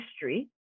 history